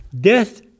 Death